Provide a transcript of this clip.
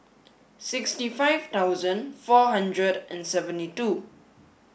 sixty five dozen four hundred and seventy two